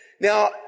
Now